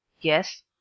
Yes